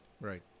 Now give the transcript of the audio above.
right